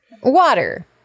Water